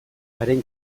haren